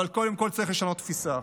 אבל קודם כול צריך לשנות תפיסה.